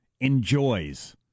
enjoys